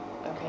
Okay